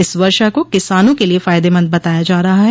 इस वर्षा को किसानों के लिये फायदेमंद बताया जा रहा है